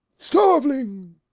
starveling!